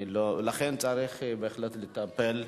לכן, צריך בהחלט לטפל,